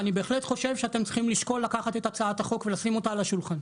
ואני בהחלט חושב שאתם צריכים לשקול לקחת אותה ולשים אותה על השולחן.